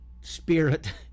spirit